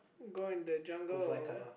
go into the jungle or